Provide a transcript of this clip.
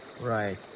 right